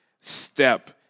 Step